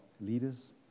leaders